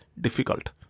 Difficult